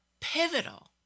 pivotal